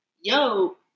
yo